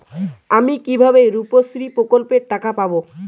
আমি কিভাবে রুপশ্রী প্রকল্পের টাকা পাবো?